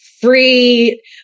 free